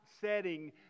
setting